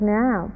now